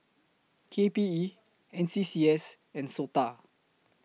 K P E N S C S and Sota